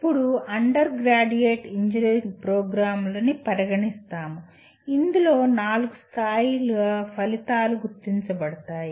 ఇప్పుడు undergraduate engineering ప్రోగ్రామ్లకు ని పరిగణిస్తాము ఇందులో నాలుగు స్థాయిల ఫలితాలు గుర్తించబడతాయి